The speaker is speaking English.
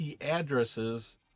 addresses